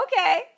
okay